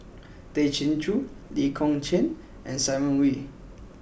Tay Chin Joo Lee Kong Chian and Simon Wee